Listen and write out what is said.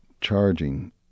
charging